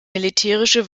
militärische